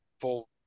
full